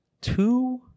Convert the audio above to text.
two